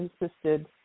insisted